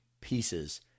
pieces